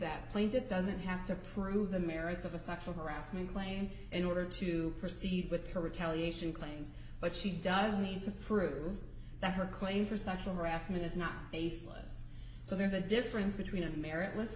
that planes it doesn't have to prove the merits of a sexual harassment claim in order to proceed with her retaliation claims but she does need to prove that her claim for sexual harassment is not baseless so there's a difference between a merit